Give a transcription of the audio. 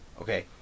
Okay